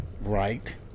right